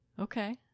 Okay